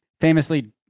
famously